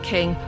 King